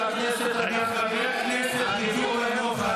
מי אתה שתטיף לנו מוסר?